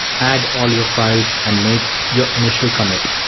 add all your files and make your initial commit.